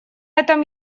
этом